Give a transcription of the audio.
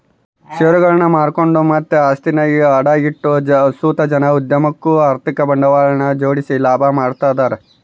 ಷೇರುಗುಳ್ನ ಮಾರ್ಕೆಂಡು ಮತ್ತೆ ಆಸ್ತಿನ ಅಡ ಇಟ್ಟು ಸುತ ಜನ ಉದ್ಯಮುಕ್ಕ ಆರ್ಥಿಕ ಬಂಡವಾಳನ ಜೋಡಿಸಿ ಲಾಭ ಮಾಡ್ತದರ